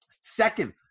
second